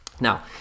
Now